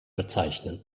bezeichnen